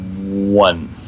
One